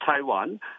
Taiwan